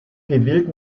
gewillt